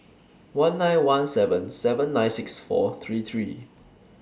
one nine one seven seven nine six four three three